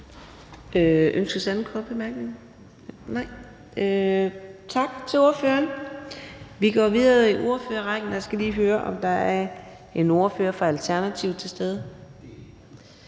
Ønskes en anden kort bemærkning? Nej. Tak til ordføreren. Vi går videre i ordførerrækken. Jeg skal lige høre, om der er en ordfører fra Alternativet til stede.